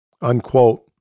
Unquote